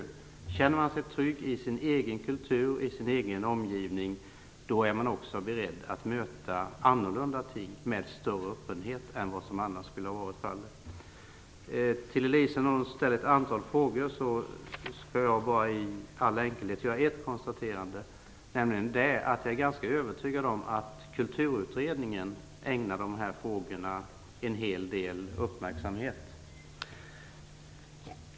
Om man känner sig trygg i sin egen kultur, i sin egen omgivning, så är man också beredd att möta annorlunda ting med större öppenhet än vad som annars skulle ha varit fallet. Elisa Abascal Reyes ställde ett antal frågor. I all enkelhet vill jag då konstatera att jag är ganska övertygad om att Kulturutredningen ägnar dessa frågor en hel del uppmärksamhet.